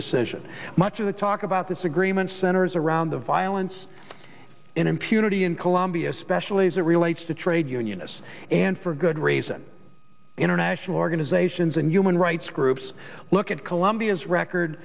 decision much of the talk about this agreement centers around the violence in impunity in colombia especially as it relates to trade unionists and for good reason international organizations and human rights groups look at colombia's record